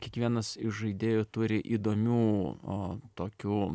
kiekvienas iš žaidėjų turi įdomių a tokių